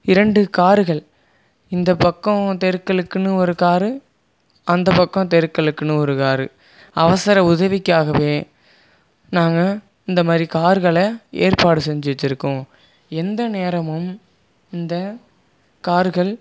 இரண்டு கார்கள் இந்த பக்கம் தெருக்களுக்குன்னு ஒரு காரு அந்த பக்கம் தெருக்களுக்குன்னு ஒரு காரு அவசர உதவிக்காகவே நாங்கள் இந்தமாதிரி கார்களை ஏற்பாடு செஞ்சு வைச்சிருக்கோம் எந்த நேரமும் இந்த கார்கள்